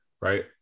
right